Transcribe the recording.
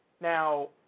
Now